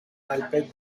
alpes